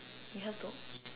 in her talk